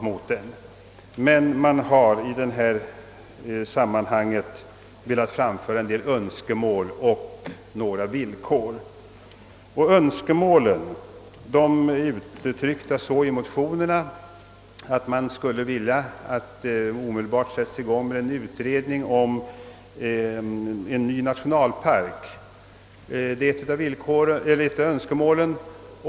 Man vill emellertid i detta sammanhang framföra en del önskemål och ställa några villkor. I motionerna yrkas att en utredning igångsättes om en ny nationalpark. Det är ett av önskemålen.